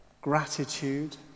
gratitude